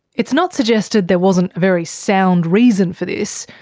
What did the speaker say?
it's not suggested there wasn't a very sound reason for this.